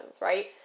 right